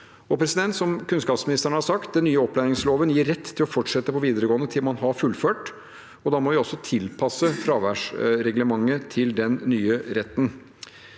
og tilstedeværelse. Som kunnskapsministeren har sagt: Den nye opplæringsloven gir rett til å fortsette på videregående til man har fullført. Da må vi også tilpasse fraværsreglementet til den nye retten.